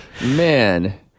Man